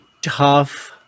tough